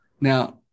Now